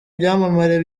byamamare